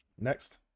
next